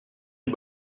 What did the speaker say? une